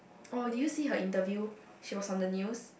oh did you see her interview she was on the news